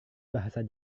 bahasa